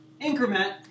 Increment